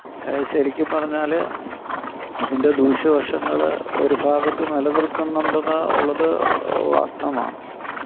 ശരിക്കും പറഞ്ഞാൽ ഇതിൻ്റെ ദൂഷ്യവശങ്ങൾ ഒരു ഭാഗത്ത് നിലനിൽക്കുന്നുണ്ടെന്ന് ഉള്ളത് വാസ്ഥവമാണ്